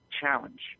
Challenge